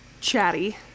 chatty